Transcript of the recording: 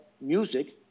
music